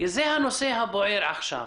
זה הנושא הבוער עכשיו.